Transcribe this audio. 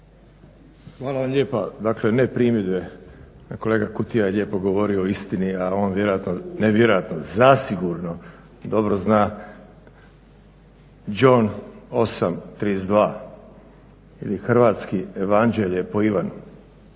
Hvala lijepa. Dakle ne primjedbe, kolega Kutija je lijepo govorio istini, a on vjerojatno, ne vjerojatno, zasigurno dobro zna John 8,32 ili hrvatski Evanđelje po Ivanu,